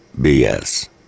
BS